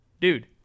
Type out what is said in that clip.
Dude